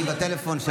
היא בטלפון.